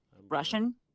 Russian